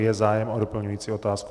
Je zájem o doplňující otázku?